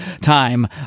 time